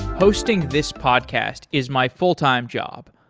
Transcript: hosting this podcast is my full-time job,